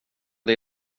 det